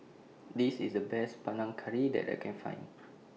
This IS The Best Panang Curry that I Can Find